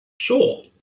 Sure